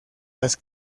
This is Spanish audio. las